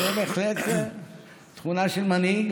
זו בהחלט תכונה של מנהיג,